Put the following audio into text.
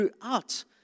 throughout